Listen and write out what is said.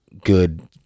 good